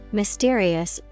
mysterious